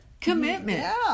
commitment